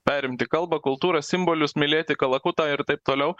perimti kalbą kultūrą simbolius mylėti kalakutą ir taip toliau